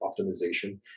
optimization